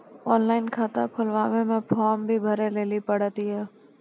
Online खाता खोलवे मे फोर्म भी भरे लेली पड़त यो?